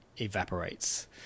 evaporates